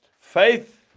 Faith